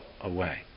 away